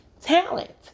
talent